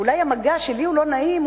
אולי המגע שלי הוא לא נעים,